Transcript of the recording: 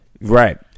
Right